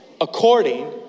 according